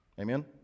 Amen